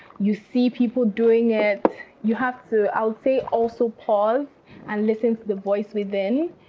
you see people doing it. you have to, i'll say, also pause and listen to the voice within.